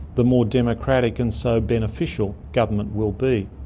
the more democratic and so beneficial government will be.